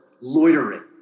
loitering